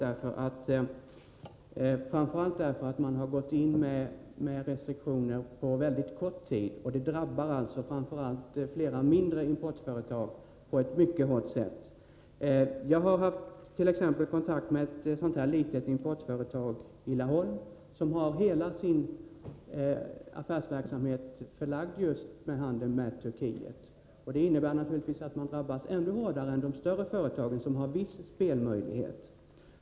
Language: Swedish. Man har exempelvis gått in med restriktioner med mycket kort varsel, och det drabbar framför allt flera mindre importföretag mycket hårt. Jag har exempelvis haft kontakt med ett litet importföretag i Laholm, som har hela sin affärsverksamhet inriktad just på handeln med Turkiet. Det innebär givetvis att de drabbas ännu hårdare än de större företagen, som har vissa möjligheter att skaffa sig spelrum.